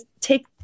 take